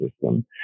system